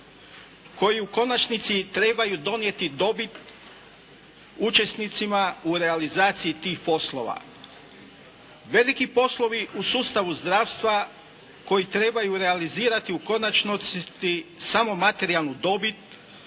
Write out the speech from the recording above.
koji u konačnici trebaju donijeti dobit učesnicima u realizaciji tih poslova, veliki poslovi u sustavu zdravstva koji trebaju realizirati u konačnici samo materijalnu dobit